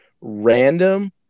random